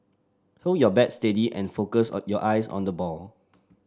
hold your bat steady and focus or your eyes on the ball